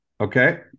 Okay